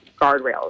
guardrails